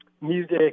music